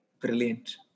Brilliant